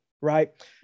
right